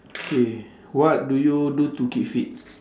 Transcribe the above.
K what do you do to keep fit